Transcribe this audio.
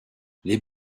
les